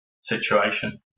situation